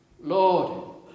Lord